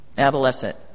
adolescent